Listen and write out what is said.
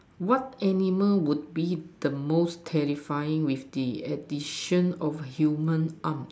what animal would be the most terrifying with the addition of human arm